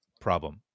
problem